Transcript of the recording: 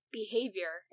behavior